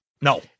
No